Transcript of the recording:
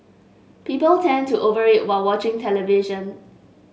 people tend to over eat while watching the television